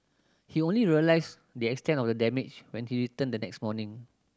he only realised the extent of the damage when he returned the next morning